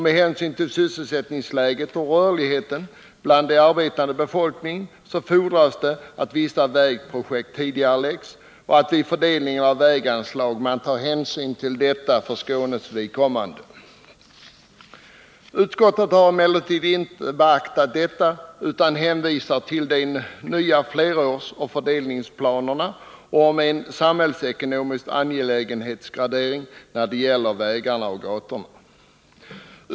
Med hänsyn till sysselsättningsläget och rörligheten bland den arbetande befolkningen fordras det att vissa vägprojekt tidigareläggs och att man vid fördelningen av väganslagen tar hänsyn härtill för Skånes vidkommande. Utskottet har emellertid inte beaktat detta utan hänvisar till de nya flerårsoch fördelningsplanerna och till en samhällsekonomisk angelägenhetsgradering när det gäller vägarna och gatorna.